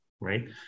right